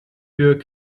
für